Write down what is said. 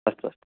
अस्तु अस्तु